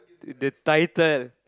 the the title